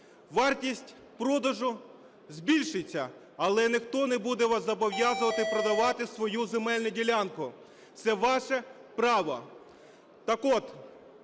Вартість продажу збільшиться, але ніхто вас не буде зобов'язувати продавати свою земельну ділянку. Це ваше право.